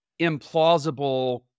implausible